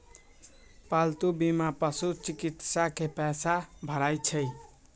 पालतू बीमा पशुचिकित्सा के पैसा भरा हई